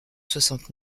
soixante